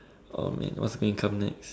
of what's incoming next